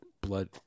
blood